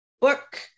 book